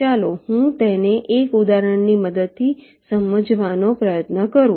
ચાલો હું તેને એક ઉદાહરણની મદદથી સમજાવવાનો પ્રયત્ન કરું